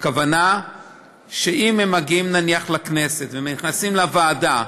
הכוונה שאם הם מגיעים נניח לכנסת ונכנסים לוועדה,